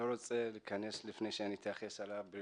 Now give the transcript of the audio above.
רוצה להתייחס לבריונות,